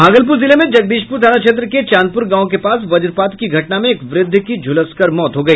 भागलपुर जिले में जगदीशपूर थाना क्षेत्र के चांदपूर गांव के पास वज्रपात की घटना में एक वृद्ध की झुलसकर मौत हो गई